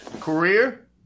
career